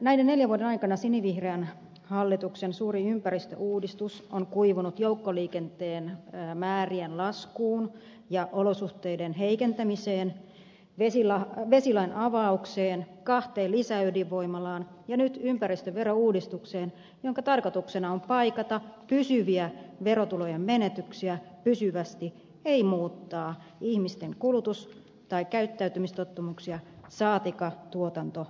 näiden neljän vuoden aikana sinivihreän hallituksen suurin ympäristöuudistus on kuivunut joukkoliikenteen määrien laskuun ja olosuhteiden heikentämiseen vesilain avaukseen kahteen lisäydinvoimalaan ja nyt ympäristöverouudistukseen jonka tarkoituksena on paikata pysyviä verotulojen menetyksiä pysyvästi ei muuttaa ihmisten kulutus tai käyttäytymistottumuksia saatikka tuotantotapoja